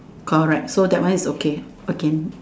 correct so that one is okay okay